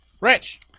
rich